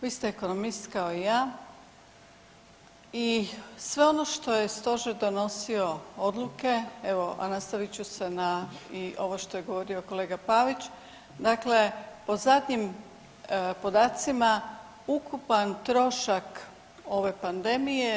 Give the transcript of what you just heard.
Vi ste ekonomist kao i ja i sve ono što je Stožer donosio odluke evo a nastavit ću se i na ovo što je govorio kolega Pavić, dakle po zadnjim podacima ukupan trošak ove pandemije je bio.